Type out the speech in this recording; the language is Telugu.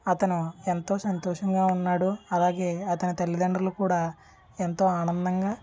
అతను ఎంతో సంతోషంగా ఉన్నాడు అలాగే అతని తల్లిదండ్రులు కూడా ఎంతో ఆనందంగా